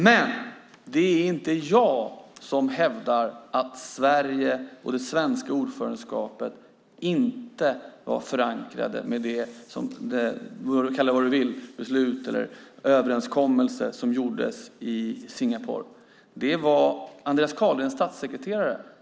Men det är inte jag som hävdar att det beslut - eller överenskommelse, du må kalla det vad du vill - som fattades i Singapore inte var förankrat hos Sverige och det svenska ordförandeskapet, utan det är Andreas Carlgrens statssekreterare.